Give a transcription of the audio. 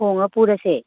ꯊꯣꯡꯉ ꯄꯨꯔꯁꯦ